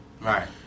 Right